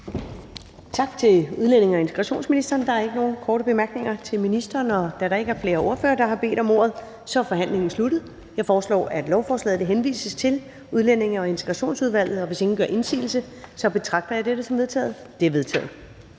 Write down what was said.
Tak til udlændinge- og integrationsministeren. Der er ikke nogen korte bemærkninger til ministeren. Og da der ikke er flere, der har bedt om ordet, er forhandlingen sluttet. Jeg foreslår, at lovforslaget henvises til Udlændinge- og Integrationsudvalget. Hvis ingen gør indsigelse, betragter jeg dette som vedtaget. Det er vedtaget.